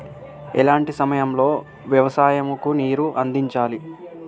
ఎలాంటి సమయం లో వ్యవసాయము కు నీరు అందించాలి?